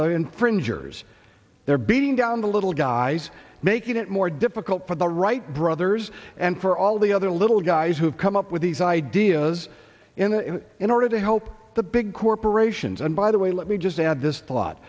s they're beating down the little guys making it more difficult for the wright brothers and for all the other little guys who have come up with these ideas and in order to help the big corporations and by the way let me just add this thought